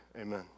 Amen